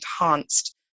enhanced